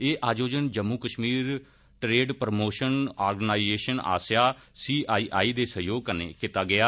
एह् आयोजन Jammu Kashmir trade promotion organisation आस्सेआ सीआईआई दे सैह्योग कन्नै कीता गेआ